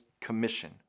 Commission